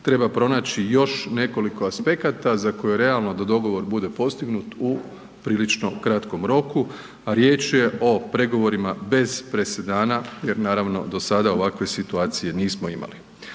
treba pronaći još nekoliko aspekata za koje je realno da dogovor bude postignut u prilično kratkom roku, a riječ je o pregovorima bez presedana jer naravno do sada ovakve situacije nismo imali.